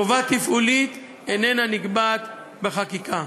חובה תפעולית איננה נקבעת בחקיקה.